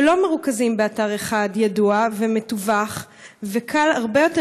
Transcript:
שלא מרוכזים באתר אחד ידוע ומטוּוח וקל הרבה יותר